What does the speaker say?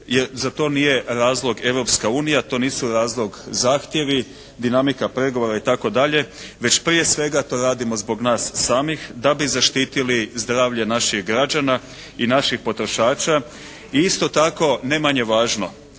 jer za to nije razlog Europska unija. To nisu razlog zahtjevi, dinamika pregovora itd. već prije svega to radimo zbog nas samih da bi zaštitili zdravlje naših građana i naših potrošača i isto tako ne manje važno.